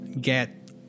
get